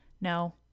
no